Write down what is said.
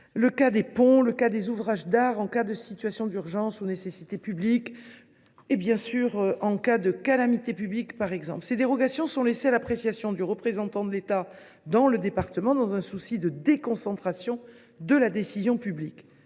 les ponts et ouvrages d’art en cas de situation d’urgence, de nécessité publique ou de calamité publique. Ces dérogations sont laissées à l’appréciation du représentant de l’État dans le département, dans un souci de déconcentration de la décision publique.